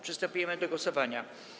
Przystępujemy do głosowania.